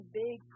big